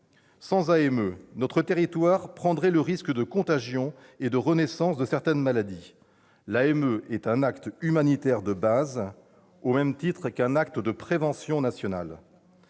Sans AME, notre territoire prendrait le risque de la contagion et d'une renaissance de certaines maladies. L'AME est un acte humanitaire de base, au même titre qu'un acte de prévention nationale.